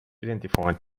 identified